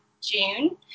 June